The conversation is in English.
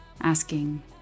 asking